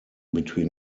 between